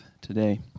today